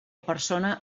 persona